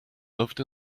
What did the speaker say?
loved